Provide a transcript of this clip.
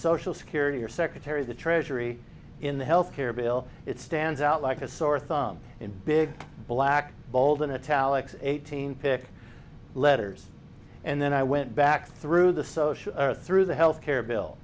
social security or secretary of the treasury in the health care bill it stands out like a sore thumb in big black bold in a taluk eighteen pick letters and then i went back through the social through the health care bill